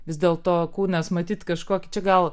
vis dėl to kūnas matyt kažkokį čia gal